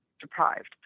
deprived